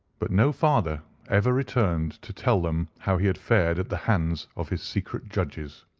but no father ever returned to tell them how he had fared at the hands of his secret judges.